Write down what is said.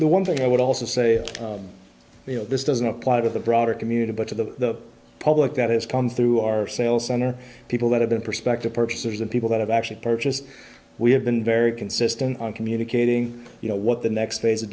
the one thing i would also say you know this doesn't apply to the broader community but to the public that has come through our sales center people that have been perspective purchasers and people that have actually purchased we have been very consistent on communicating you know what the next phase of